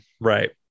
right